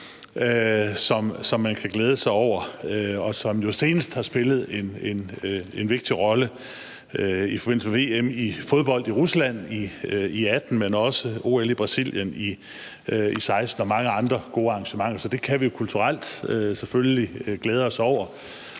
som man kan glæde sig over, og som jo senest har spillet en vigtig rolle i forbindelse med VM i fodbold i Rusland i 2018, men også ved OL i Brasilien i 2016 og ved mange andre gode arrangementer. Så det kan vi kulturelt selvfølgelig glæde os over.